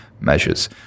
measures